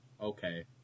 Okay